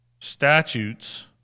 statutes